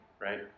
right